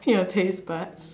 your taste bud